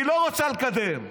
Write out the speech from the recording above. היא לא רוצה לקדם.